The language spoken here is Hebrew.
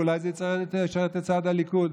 אולי זה ישרת את צד הליכוד.